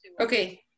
okay